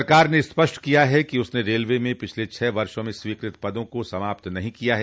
सरकार ने स्पष्ट किया है कि उसने रेलवे में पिछले छह वर्षों में स्वीकृत पदों को समाप्त नहीं किया है